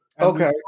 Okay